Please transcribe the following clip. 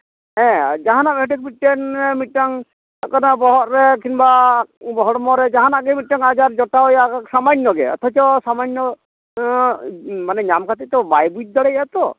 ᱦᱮᱸ ᱡᱟᱦᱟᱸᱱᱟᱜ ᱢᱤᱰᱴᱮᱱ ᱢᱤᱫᱴᱟᱝ ᱥᱟᱵ ᱠᱟᱜ ᱢᱮ ᱵᱚᱦᱚᱜ ᱨᱮ ᱠᱤᱝᱵᱟ ᱦᱚᱲᱢᱚ ᱨᱮ ᱡᱟᱦᱟᱸᱱᱟᱜ ᱜᱮ ᱢᱤᱫᱴᱟᱹᱝ ᱟᱡᱟᱨ ᱡᱚᱴᱟᱣᱮᱭᱟ ᱥᱟᱢᱟᱱᱱᱚ ᱜᱮ ᱚᱛᱷᱚᱪᱚ ᱥᱟᱢᱟᱱᱱᱚ ᱢᱟᱱᱮ ᱧᱟᱢ ᱠᱟᱛᱮ ᱛᱚ ᱵᱟᱭ ᱵᱩᱡ ᱫᱟᱲᱮᱭᱟᱜᱼᱟ ᱛᱚ